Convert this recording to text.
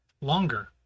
longer